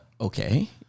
Okay